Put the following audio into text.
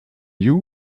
you